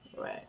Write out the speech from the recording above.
right